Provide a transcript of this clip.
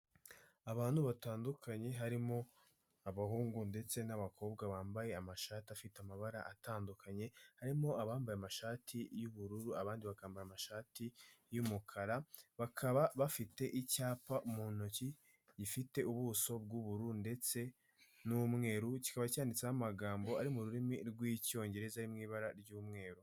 Abantu batandukanye harimo abahungu ndetse n'abakobwa, bambaye amashati afite amabara atandukanye, harimo abambaye amashati y'ubururu abandi bakambara amashati y'umukara, bakaba bafite icyapa mu ntoki gifite ubuso bw'ubururu ndetse n'umweru, kikaba cyanditseho amagambo ari mu rurimi rw'icyongereza ari mu ibara ry'umweru.